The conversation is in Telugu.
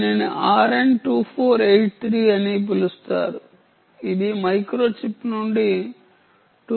దీనిని RN2483 అని పిలుస్తారు ఇది మైక్రోచిప్ నుండి 2